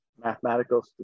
Mathematical